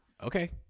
Okay